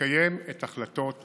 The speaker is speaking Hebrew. ולקיים את החלטות הכנסת.